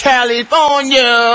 California